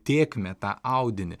tėkmę tą audinį